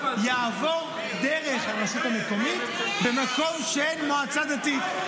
יעבור דרך הרשות המקומית במקום שאין בו מועצה דתית.